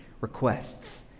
requests